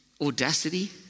Audacity